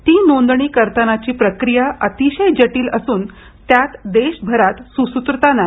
ती नोंदणी करतानाची प्रक्रिया अतिशय जटील असन त्यात देशभरात सुसूत्रता नाही